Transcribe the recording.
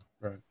Right